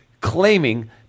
claiming